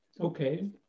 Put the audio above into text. okay